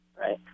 Right